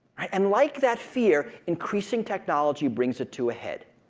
and like that fear, increasing technology brings it to a head